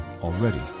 already